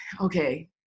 okay